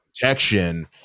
protection